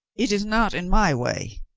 it is not in my way.